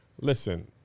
Listen